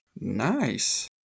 Nice